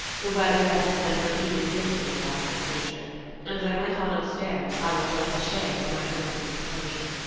the weather had distempered even this impassive creature and as i went on upstairs i was the less ashamed of my own discomposure.